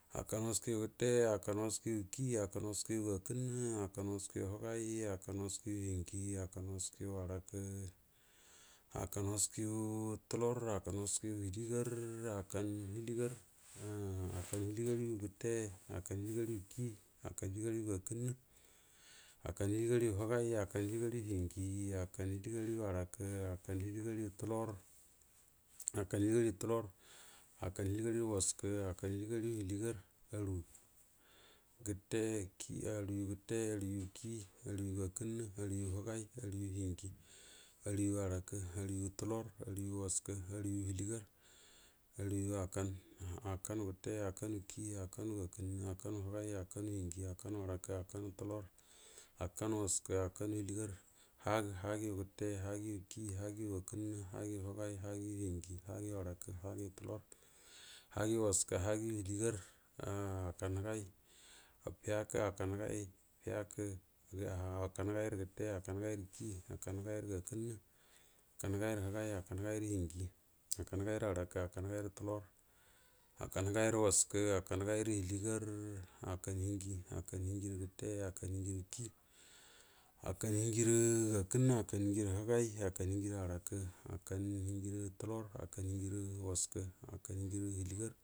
Hakan wəaskə r gəte, hakan wəaskə re kiyi, hakan wəaskə gəakənnə, hakan wəaskəre hagay, hakan wəaskə ro hienjie, ha kamr wəaskərə həatəku, hakan wəaskərə tulor, hakan wəaskə ro wəaskə, hakan wəakar həaliegar, hakan hoaliagar, hakan heliehar hu gəyə, hakan hrlieguryu kiyi hakan holiogarya gəakənna, hakan həliegaryu həgai, hakan heliegaryu hienjie, hakan həlie gar yu həarakə, hakan həliegar yu tulor hakanu wəask hakan heliegaryu haliegar arue. gəte, kiyi, aruə yu gəte, aruy kiyi, arum gəakənnə arugu həgay, aru yu hinjie, arum həarakv, aruyu tulor, airu yu wəskə aruyu həliegar, aruyu hakan, makanu gətə, hakanu kiyi, akanu gəakənnə, hakanu həgan haka nu hinjie hakan həarn kə hakannu tulor hakan wrasko hakunu hieliegar hagə, həagə yu gəte, həagəyu kiyi haagu’ugəa kənnə, həagoyu həgai, həagvyu hiejie, həaguy u həa gəyu hvarakə, həagu u tulor həagdyu wəaskə, həaguyu həa gy, fiarku akan hakam həgay gote hakan həgayrə həgan, hakan həgay rə hinjie hakan həgayiso həara kə, hakan həgayr tulor, hakan həgay wəasko hakari həgayrə həlie gar, hakan hienjie, hakan hinjie gəte, hakan nienjie kiyi, hakan hiejie gza kenna, hakan hiejie həgay, hakan hinjira həarakə, hakan ninjie tulor, hakan hienjie wəaskə, hakan hinjie holiegar.